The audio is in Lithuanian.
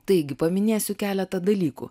taigi paminėsiu keletą dalykų